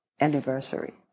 anniversary